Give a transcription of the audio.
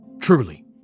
truly